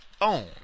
own